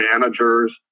managers